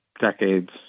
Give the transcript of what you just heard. decades